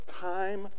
time